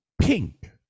Pink